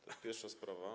To jest pierwsza sprawa.